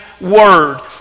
word